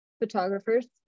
Photographers